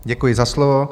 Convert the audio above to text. Děkuji za slovo.